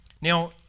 Now